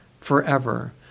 forever